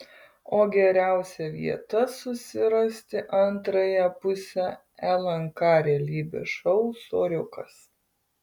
o geriausia vieta susirasti antrąją pusę lnk realybės šou soriukas